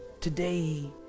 today